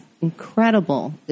incredible